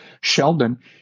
Sheldon